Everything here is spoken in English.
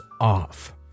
off